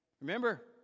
Remember